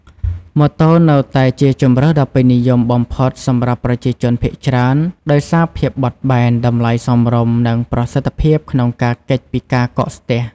ម៉ូតូ នៅតែជាជម្រើសដ៏ពេញនិយមបំផុតសម្រាប់ប្រជាជនភាគច្រើន ដោយសារភាពបត់បែន តម្លៃសមរម្យ និងប្រសិទ្ធភាពក្នុងការគេចពីការកកស្ទះ។